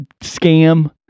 scam